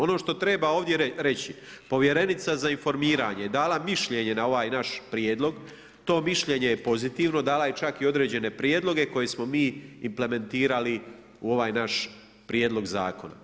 Ono što treba ovdje reći, povjerenica za informiranje je dala mišljenje na ovaj naš prijedlog, to mišljenje je pozitivno, dala je čak i određene prijedloge koje smo mi implementirali u ovaj naš prijedlog zakona.